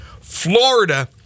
Florida